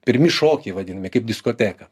pirmi šokiai vadinami kaip diskoteka